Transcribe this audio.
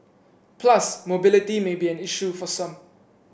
plus mobility may be an issue for some